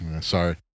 Sorry